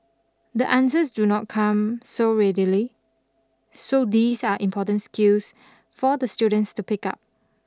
the answers do not come so readily so these are important skills for the students to pick up